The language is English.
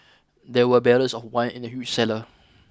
there were barrels of wine in the huge cellar